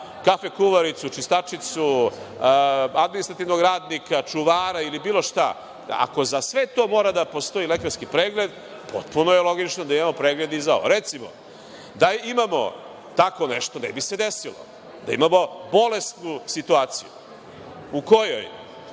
kafe kuvaricu, čistačicu, administrativnog radnika, čuvara ili bilo šta, ako za sve to mora da postoji lekarski pregled, potpuno je logično da imamo pregled i za ovo. Recimo da imamo tako nešto ne bi se desilo, da imamo bolesnu situaciju u kojoj